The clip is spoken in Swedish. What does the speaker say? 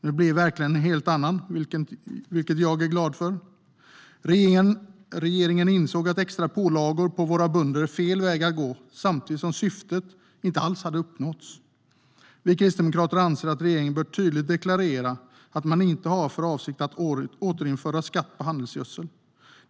Nu blev verkligheten en annan, vilket jag är glad för. Regeringen insåg att extra pålagor på våra bönder är fel väg att gå, samtidigt som syftet inte alls hade uppnåtts. Vi kristdemokrater anser att regeringen tydligt bör deklarera att man inte har för avsikt att återinföra skatt på handelsgödsel.